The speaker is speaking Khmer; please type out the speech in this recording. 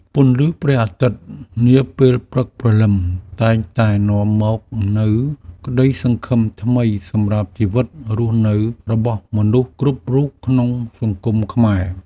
ពន្លឺព្រះអាទិត្យនាពេលព្រឹកព្រលឹមតែងតែនាំមកនូវក្តីសង្ឃឹមថ្មីសម្រាប់ជីវិតរស់នៅរបស់មនុស្សគ្រប់រូបក្នុងសង្គមខ្មែរ។